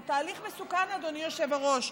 זה תהליך מסוכן, אדוני היושב-ראש.